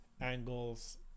angles